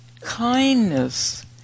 kindness